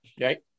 right